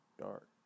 Dark